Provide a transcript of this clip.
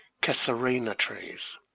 casuarina trees.